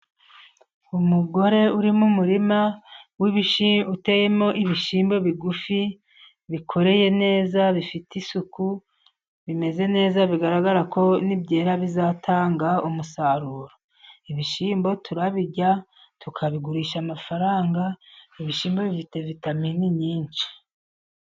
Umugore uri mu murima w'ibishyimbo, uteyemo ibishyimbo bigufi. Bikoreye neza, bifite isuku, bimeze neza. Bigaragara ko nibyera bizatanga umusaruro. ibishyimbo turabirya, tukabigurisha amafaranga, ibishyimbo bifite vitaminini nyinshi.